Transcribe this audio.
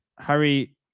Harry